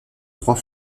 trois